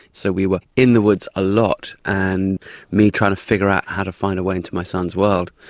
so we were in the woods a lot, and me trying to figure out how to find a way into my son's world.